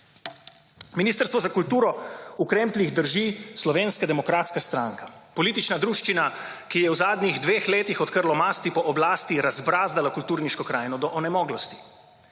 Ministrstvo za kulturo v krempljih drži Slovenska demokratska stranka – politična druščina, ki je v zadnjih dveh letih, odkar lomasti po oblasti, razbrazdala kulturniško krajino do onemoglosti.